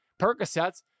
Percocets